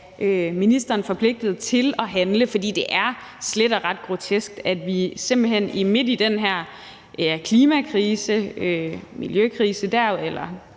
ministeren til at handle, fordi det slet og ret er grotesk, at vi simpelt hen midt i den her klimakrise, miljøkrise eller